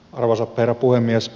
arvoisa herra puhemies